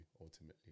ultimately